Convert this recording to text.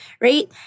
right